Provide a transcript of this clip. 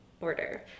order